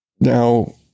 Now